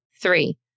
Three